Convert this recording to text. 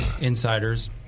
insiders